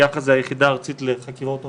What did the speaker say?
היחידה הארצית לחקירות הונאה,